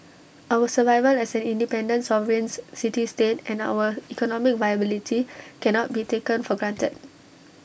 our survival as an independent sovereign city state and our economic viability cannot be taken for granted